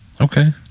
okay